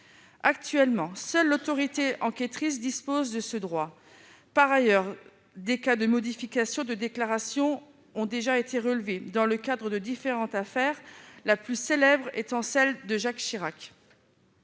Actuellement, seule l'autorité enquêtrice dispose de ce droit. Par ailleurs, des cas de modification de déclarations ont déjà été relevés dans le cadre de différentes affaires, la plus célèbre étant celle de Jacques Chirac.